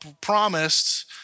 promised